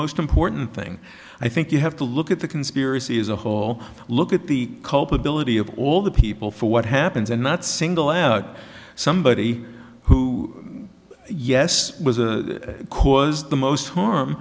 most important thing i think you have to look at the conspiracy as a whole look at the culpability of all the people for what happens and not single out somebody who yes was a cause the most harm